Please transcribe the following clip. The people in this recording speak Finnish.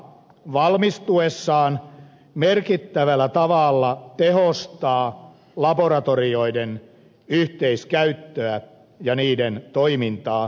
valmistuessaan järjestelmä tehostaa merkittävällä tavalla laboratorioiden yhteiskäyttöä ja niiden toimintaa